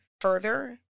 further